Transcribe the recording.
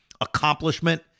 accomplishment